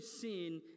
sin